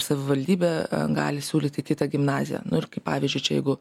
savivaldybė gali siūlyti kitą gimnaziją nu ir kaip pavyzdžiui čia jeigu